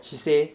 she say